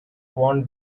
worn